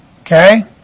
Okay